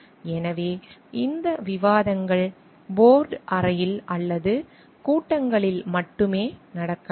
எனவே இந்த விவாதங்கள் போர்டு அறையில் அல்லது கூட்டங்களில் மட்டுமே நடக்கலாம்